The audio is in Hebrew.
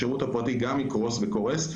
גם השירות הפרטי יקרוס וקורס.